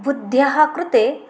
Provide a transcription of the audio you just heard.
बुद्धेः कृते